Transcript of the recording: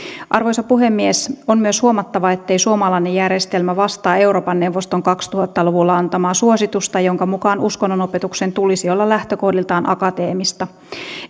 arvoisa puhemies on myös huomattava ettei suomalainen järjestelmä vastaa euroopan neuvoston kaksituhatta luvulla antamaa suositusta jonka mukaan uskonnonopetuksen tulisi olla lähtökohdiltaan akateemista